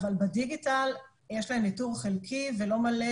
אבל בדיגיטל יש להם ניטור חלקי ולא מלא,